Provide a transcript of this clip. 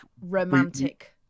romantic